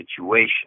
situation